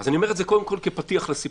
אז אני אומר את זה קודם כול כפתיח לסיפור,